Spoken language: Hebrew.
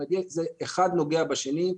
אחד נוגע בשני.